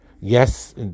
Yes